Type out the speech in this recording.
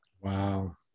Wow